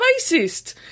racist